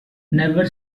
never